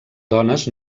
dones